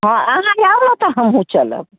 अहाँ भी आउ ने तऽ हमहुँ चलब